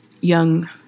young